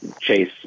Chase